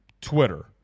Twitter